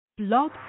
Blog